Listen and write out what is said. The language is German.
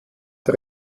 der